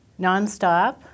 nonstop